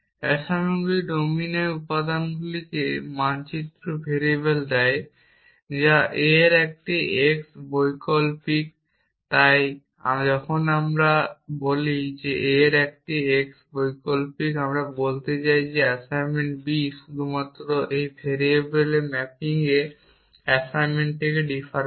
অ্যাসাইনমেন্টগুলি ডোমিনের উপাদানগুলিকে মানচিত্র ভেরিয়েবল দেয় যা a এর একটি x বৈকল্পিক তাই যখন আমরা বলি a এর একটি x বৈকল্পিক আমরা বলতে চাই যে অ্যাসাইনমেন্ট B শুধুমাত্র এই ভেরিয়েবলের ম্যাপিং এ অ্যাসাইনমেন্ট থেকে ডিফার করে